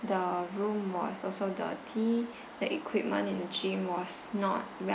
the room was also dirty the equipment in the gym was not